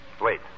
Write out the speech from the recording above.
Wait